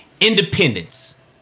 independence